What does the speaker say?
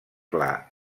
clar